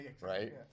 right